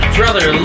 brother